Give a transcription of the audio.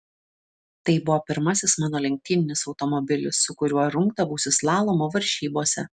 tai buvo pirmasis mano lenktyninis automobilis su kuriuo rungdavausi slalomo varžybose